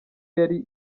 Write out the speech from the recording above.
yari